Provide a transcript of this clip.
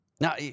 Now